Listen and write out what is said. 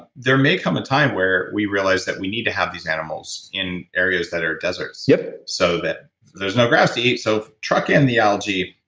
there may come a time where we realize that we need to have these animals in areas that are deserts. yeah so there's no grass to eat, so truck in the algae.